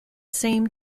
same